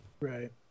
Right